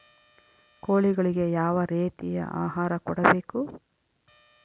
ಕೋಳಿಗಳಿಗೆ ಯಾವ ರೇತಿಯ ಆಹಾರ ಕೊಡಬೇಕು?